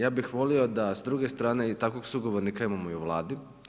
Ja bih volio da s druge strane i takvog sugovornika imamo i u Vladi.